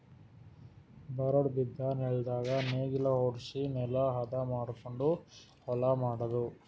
ಬರಡ್ ಬಿದ್ದ ನೆಲ್ದಾಗ ನೇಗಿಲ ಹೊಡ್ಸಿ ನೆಲಾ ಹದ ಮಾಡಕೊಂಡು ಹೊಲಾ ಮಾಡದು